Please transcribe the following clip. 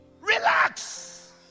relax